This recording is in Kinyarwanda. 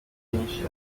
byinshi